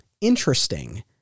interesting